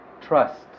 trust